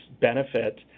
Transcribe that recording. benefit